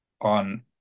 on